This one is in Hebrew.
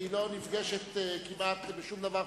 היא לא נפגשת כמעט בשום דבר,